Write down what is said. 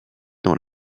dans